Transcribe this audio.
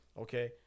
Okay